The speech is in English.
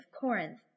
Corinth